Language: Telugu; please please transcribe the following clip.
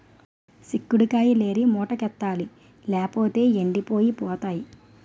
సిక్కుడు కాయిలేరి మూటకెత్తాలి లేపోతేయ్ ఎండిపోయి పోతాయి